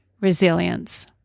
Resilience